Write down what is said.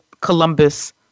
Columbus